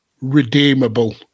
redeemable